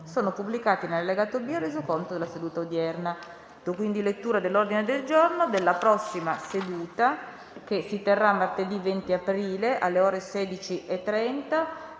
sono pubblicati nell'allegato B al Resoconto della seduta odierna.